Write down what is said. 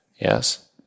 yes